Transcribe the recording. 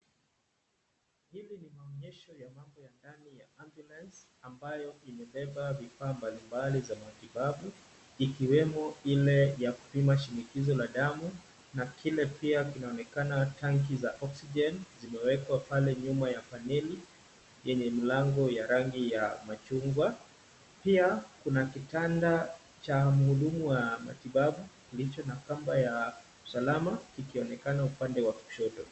Hili ni maonyesho ya mambo ya ndani ya ambulence ambayo imebeba vifaa mbalimbali za matibabu ikiwemo ile ya kupima shinikizo la damu na kile pia kunaonekana tanki za oxygen zimewekwa pale nyuma ya paneli yenye mlango ya rangi ya machungwa. Pia kuna kitanda cha mhudumu wa matibabu kilicho na kamba ya salama kikionekana upande wa kushoto.